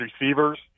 receivers